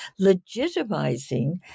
legitimizing